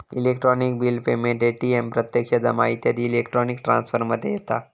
electronic bill payment, ATM प्रत्यक्ष जमा इत्यादी इलेक्ट्रॉनिक ट्रांसफर मध्ये येता